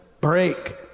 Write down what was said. break